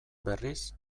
berriz